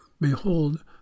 behold